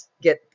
get